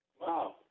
Wow